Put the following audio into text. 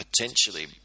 potentially